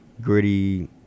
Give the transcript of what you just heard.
gritty